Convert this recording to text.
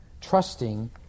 Trusting